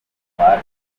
firefox